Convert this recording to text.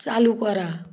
চালু করা